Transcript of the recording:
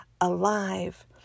alive